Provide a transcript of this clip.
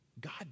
god